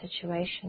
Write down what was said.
situation